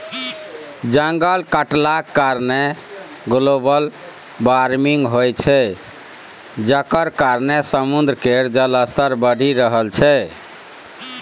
जंगल कटलाक कारणेँ ग्लोबल बार्मिंग होइ छै जकर कारणेँ समुद्र केर जलस्तर बढ़ि रहल छै